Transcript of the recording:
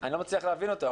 אני לא מצליח להבין אותו.